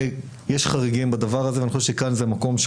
יש חריגים בדבר הזה ואני חושב שכאן זה המקום של